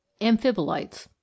Amphibolites